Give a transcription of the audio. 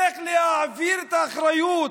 איך להעביר את האחריות